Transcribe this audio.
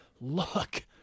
look